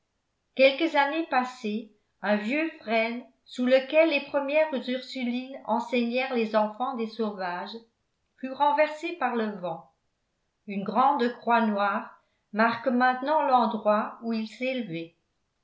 quelques années passées un vieux frêne sous lequel les premières ursulines enseignèrent les enfants des sauvages fut renversé par le vent une grande croix noire marque maintenant l'endroit où il s'élevait